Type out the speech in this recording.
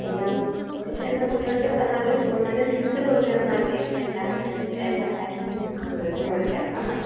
എല്ലാം കൂടി നമുക്ക് അല്ല കുട്ടികൾക്ക് ഇപ്പം നല്ലൊരു നല്ലൊരു ഫ്യൂച്ചറ് കൊടുക്കണം എന്ന് ആഗ്രഹിക്കുന്ന എല്ലാ ഫ്രണ്ട്സ് എല്ലാ പാരൻ്റ്സിനും നമുക്ക് സ്റ്റുഡൻ്റ്സിനെ ഇവിടെ ചേർക്കാവുന്നതാണ്